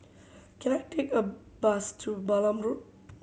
can I take a bus to Balam Road